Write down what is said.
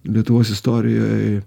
lietuvos istorijoj